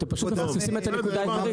אתם פשוט מפספסים את הנקודה העיקרית.